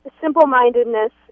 simple-mindedness